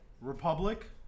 Republic